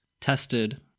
tested